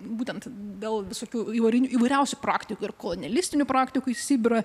būtent dėl visokių įvairių įvairiausių praktikų ir kolonialistinių praktikų į sibirą